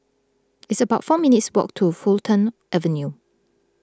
it's about four minutes' walk to Fulton Avenue